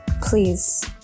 Please